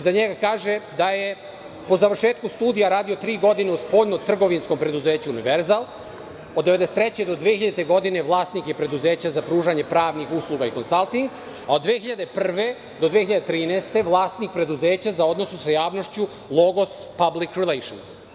Za njega se kaže da je po završetku studija radio tri godine u spoljnotrgovinskom preduzeću „Univerzal“, od 1993. do 2000. godine vlasnik je preduzeća za pružanje pravnih usluga i konsalting, a od 2001. do 2013. godine vlasnik je preduzeća za odnose sa javnošću „Logos public relations“